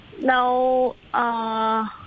No